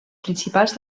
principals